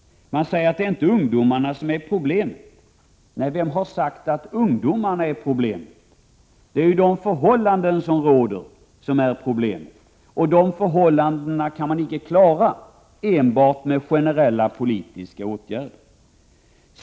Man säger att det inte är ungdomarna som är problemet. Nej, vem har sagt att ungdomarna är problemet. Det är ju de förhållanden som råder som är problemet, och de förhållandena kan.man inte ändra enbart med generella politiska åtgärder.